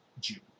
June